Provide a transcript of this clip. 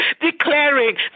declaring